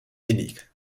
innig